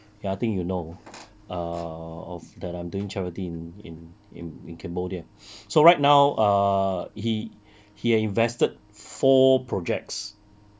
ya I think you know err of that I'm doing charity in in in in cambodia so right now ah he he had invested four projects